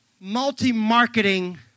multi-marketing